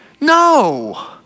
No